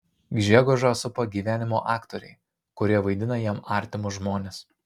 gžegožą supa gyvenimo aktoriai kurie vaidina jam artimus žmones